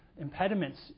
impediments